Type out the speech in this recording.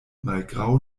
malgraŭ